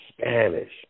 Spanish